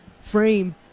frame